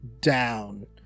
down